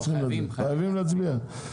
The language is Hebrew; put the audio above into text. לא, חייבים להצביע.